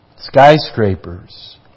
Skyscrapers